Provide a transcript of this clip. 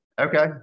Okay